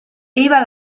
eva